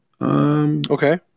Okay